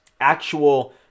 actual